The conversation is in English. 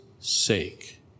sake